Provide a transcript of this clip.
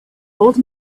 old